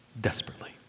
desperately